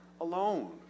Alone